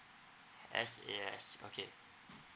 S_A_S okay